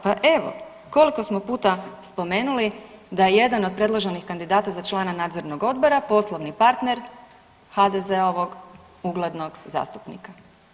Pa evo koliko smo puta spomenuli da je jedan od predloženih kandidata za člana nadzornog odbora poslovni partner HDZ-ovog uglednog zastupnika.